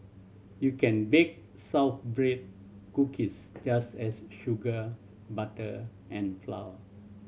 you can bake cookies just as sugar butter and flour